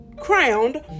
crowned